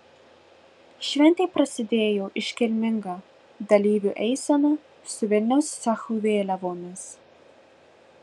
šventė prasidėjo iškilminga dalyvių eisena su vilniaus cechų vėliavomis